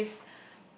which is